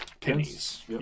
pennies